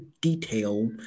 detail